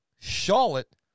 Charlotte